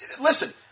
Listen